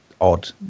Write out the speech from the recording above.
odd